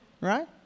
Right